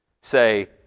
say